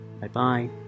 Bye-bye